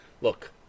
look